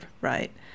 right